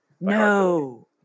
No